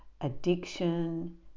addiction